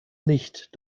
nicht